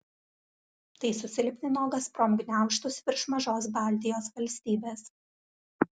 tai susilpnino gazprom gniaužtus virš mažos baltijos valstybės